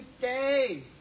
day